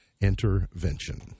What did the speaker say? intervention